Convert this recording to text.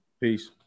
Peace